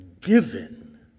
given